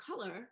color